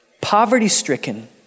poverty-stricken